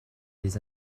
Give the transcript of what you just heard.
les